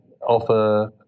offer